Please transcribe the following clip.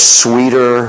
sweeter